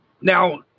Now